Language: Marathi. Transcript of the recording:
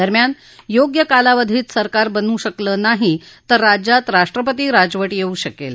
दरम्यान योग्य कालावधीत सरकार बनू शकलं नाही तर राज्यात राष्ट्रपती राजवट येऊ शकेल